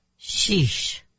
Sheesh